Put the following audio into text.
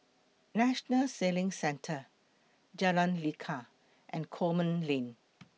National Sailing Centre Jalan Lekar and Coleman Lane